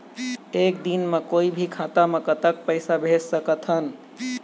एक दिन म कोई भी खाता मा कतक पैसा भेज सकत हन?